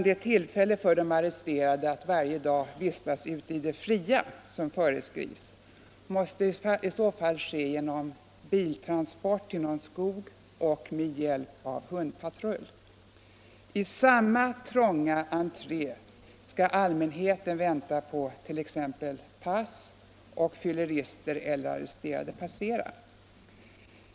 Det tillfälle för arresterade att varje dag vistas ute i det fria som föreskrivs kan endast beredas dem efter biltransport till någon skog och med hjälp av hundpatrull. I samma trånga entré skall allmänheten vänta på t.ex. sina pass, och fyllerister eller arresterade passera.